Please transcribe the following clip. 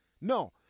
No